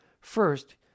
First